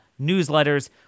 newsletters